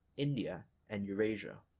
india and eurasia.